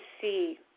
see